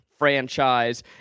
franchise